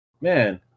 man